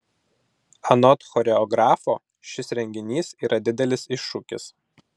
anot choreografo šis renginys yra didelis iššūkis